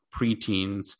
preteens